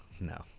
No